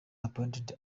appointed